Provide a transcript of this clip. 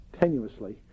tenuously